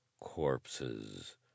Corpses